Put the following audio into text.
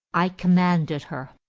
i com manded her.